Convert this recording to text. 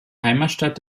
heimatstadt